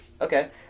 Okay